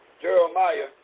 Jeremiah